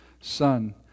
son